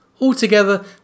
Altogether